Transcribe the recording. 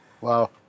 wow